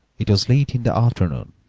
it was late in the afternoon,